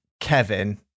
Kevin